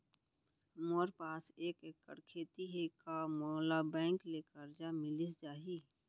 मोर पास एक एक्कड़ खेती हे का मोला बैंक ले करजा मिलिस जाही?